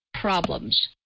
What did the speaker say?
problems